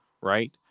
right